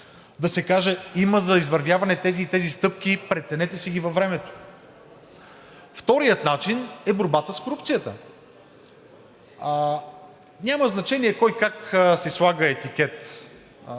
Да се каже: има за извървяване тези и тези стъпки, преценете ги във времето. Вторият начин е борбата с корупцията. Няма значение кой как си слага етикет,